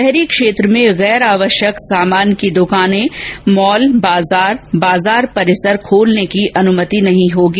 शहरी क्षेत्र में गैर आवश्यक सामान की दुकानें मॉल बाजार और बाजार परिसर खोलने की अनुमति नहीं होगी